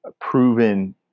proven